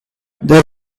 there